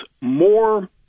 more